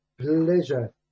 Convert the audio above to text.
Pleasure